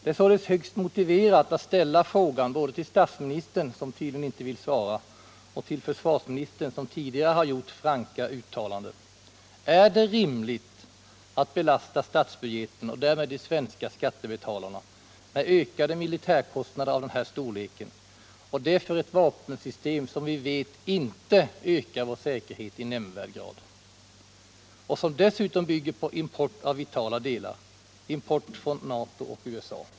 Det är således högst motiverat att ställa frågan både till statsministern, som tydligen inte vill svara, och till försvarsministern, som tidigare har gjort franka uttalanden: Är det rimligt att belasta statsbudgeten och därmed de svenska skattebetalarna med ökade militärkostnader av den här storleken, och det för ett vapensystem som vi vet inte ökar vår säkerhet i nämnvärd grad och som dessutom bygger på import av vitala delar —- import från NATO och USA?